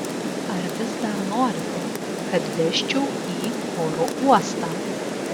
ar vis dar norite kad vežčiau į oro uostą